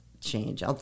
change